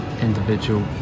individual